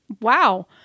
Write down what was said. wow